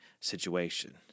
situation